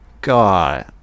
God